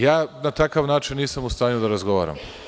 Ja na takav način nisam u stanju da razgovaram.